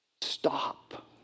Stop